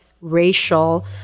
racial